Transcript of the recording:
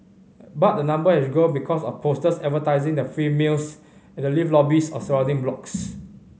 but the number has grown because of posters advertising the free meals at the lift lobbies of surrounding blocks